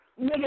Nigga